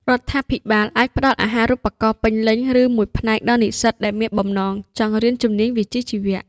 រដ្ឋាភិបាលអាចផ្តល់អាហារូបករណ៍ពេញលេញ ឬមួយផ្នែកដល់និស្សិតដែលមានបំណងចង់រៀនជំនាញវិជ្ជាជីវៈ។